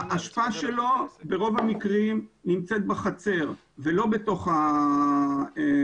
האשפה שלו ברוב המקרים נמצאת בחצר ולא בתוך העסק.